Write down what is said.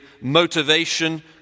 motivation